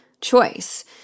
choice